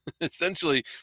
Essentially